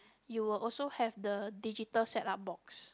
you will also have the digital set up box